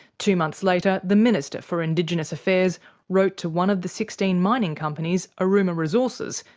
two months later the minister for indigenous affairs wrote to one of the sixteen mining companies, aruma resources,